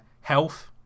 health